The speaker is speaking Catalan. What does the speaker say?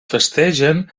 festegen